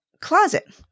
closet